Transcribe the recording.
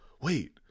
wait